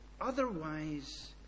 Otherwise